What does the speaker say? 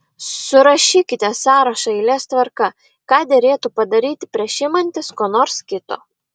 surašykite sąrašą eilės tvarka ką derėtų padaryti prieš imantis ko nors kito